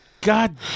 God